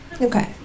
Okay